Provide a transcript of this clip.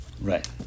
Right